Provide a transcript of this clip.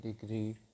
degree